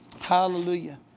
Hallelujah